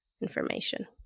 information